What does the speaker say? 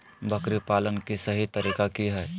बकरी पालन के सही तरीका की हय?